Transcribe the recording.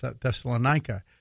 Thessalonica